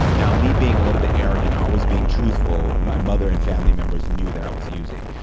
now, me being a little bit arrogant, always being truthful, my mother and family members knew that i was using.